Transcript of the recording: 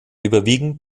überwiegend